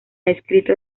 escrito